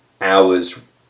hours